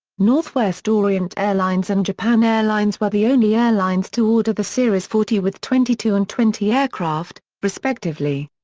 northwest orient airlines and japan airlines were the only airlines to order the series forty with twenty two and twenty aircraft, respectively.